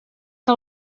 que